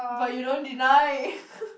but you don't deny